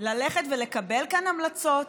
וללכת ולקבל כאן המלצות,